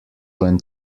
when